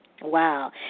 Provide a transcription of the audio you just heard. Wow